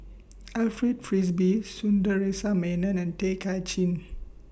Alfred Frisby Sundaresh Menon and Tay Kay Chin